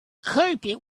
carpet